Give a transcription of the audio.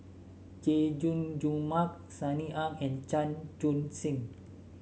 Chay Jung Jun Mark Sunny Ang and Chan Chun Sing